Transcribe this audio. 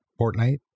Fortnite